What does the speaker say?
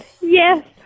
yes